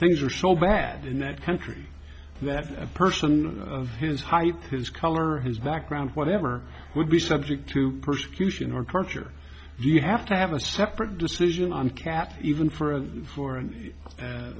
things are so bad in that country that a person of his height his color his background whatever would be subject to persecution or culture you have to have a separate decision on caffe even for a for